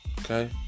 Okay